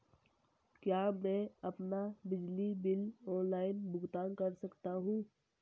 क्या मैं अपना बिजली बिल ऑनलाइन भुगतान कर सकता हूँ?